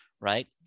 right